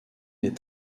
est